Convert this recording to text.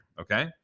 okay